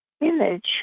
image